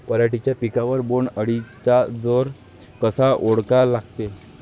पराटीच्या पिकावर बोण्ड अळीचा जोर कसा ओळखा लागते?